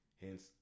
hence